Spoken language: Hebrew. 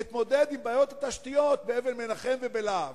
אתמודד עם בעיות התשתיות באבן-מנחם ובלהב.